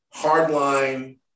hardline